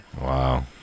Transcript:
Wow